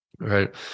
Right